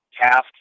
task